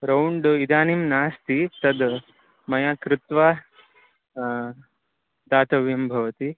round इदानीं नास्ति तद् मया कृत्वा दातव्यं भवति